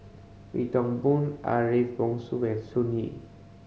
Wee Toon Boon Ariff Bongso and Sun Yee